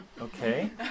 okay